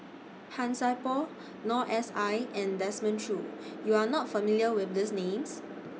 Han Sai Por Noor S I and Desmond Choo YOU Are not familiar with These Names